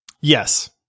yes